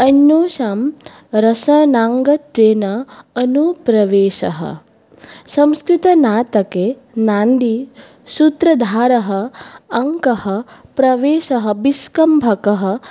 अन्येषां रसनामङ्गत्वेन अनुप्रवेशः संस्कृतनाटके नान्दी सूत्रधारः अङ्कः प्रवेशः विष्कम्भकः